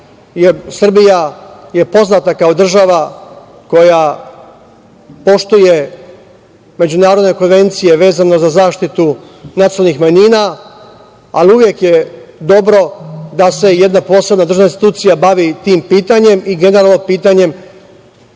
Srbija je poznata kao država koja poštuje međunarodne konvencije vezano za zaštitu nacionalnih manjina, ali uvek je dobro da se jedna posebna državna institucija bavi tim pitanjem i generalno pitanjem